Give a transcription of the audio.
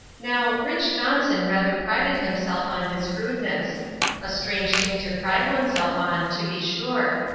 now, rich. johnson rather prided himself on his rudeness a strange thing to pride one's self on, to be sure.